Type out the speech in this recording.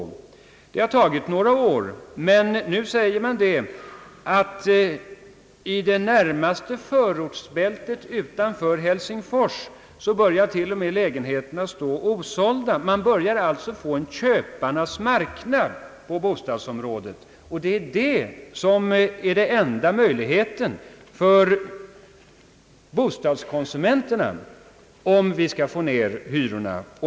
Det har tagit några år, men nu säger man att i det närmaste förortsbältet utanför Helsingfors börjar till och med lägenheterna stå osålda. Man håller alltså på att få en köparnas marknad på bostadsområdet. Det är det som är den enda möjligheten att få ned hyrorna för bostadskonsumenterna.